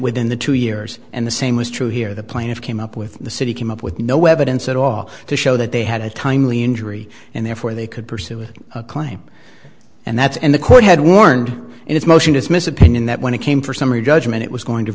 within the two years and the same was true here the plaintiff came up with the city came up with no evidence at all to show that they had a timely injury and therefore they could pursue a claim and that's and the court had warned in its motion dismiss opinion that when it came for summary judgment it was going to